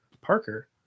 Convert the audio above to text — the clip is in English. Parker